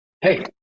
Hey